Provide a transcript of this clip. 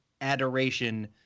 adoration